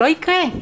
לא יקרה.